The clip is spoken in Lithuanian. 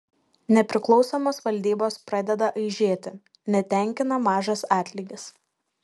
nepriklausomos valdybos pradeda aižėti netenkina mažas atlygis